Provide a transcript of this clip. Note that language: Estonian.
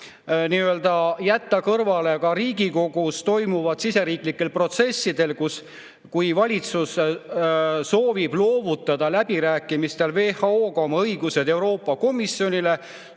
võimalik jätta kõrvale ka Riigikogus toimuvaid siseriiklikke protsesse, kui valitsus soovib loovutada läbirääkimistel WHO-ga oma õigused Euroopa Komisjonile